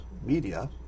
media